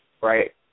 right